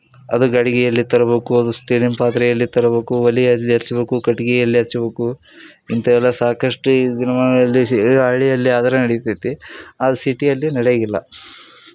ಅದು ಗಡಿಗೆಯಲ್ಲಿ ತರ್ಬೇಕು ಅದು ಸ್ಟೀಲಿನ ಪಾತ್ರೆಯಲ್ಲೇ ತರ್ಬೇಕು ಒಲೆಯಲ್ಲಿ ಹಚ್ಬಕು ಕಟ್ಟಿಗೆಯಲ್ಲಿ ಹಚ್ಬಕು ಇಂಥವೆಲ್ಲ ಸಾಕಷ್ಟು ಈ ದಿನಮಾನಗಳಲ್ಲಿ ಈ ಹಳ್ಳಿಯಲ್ಲಿ ಆದ್ರೆ ನಡೀತೈತಿ ಆ ಸಿಟಿಯಲ್ಲಿ ನಡೆಯದಿಲ್ಲ